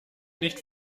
nicht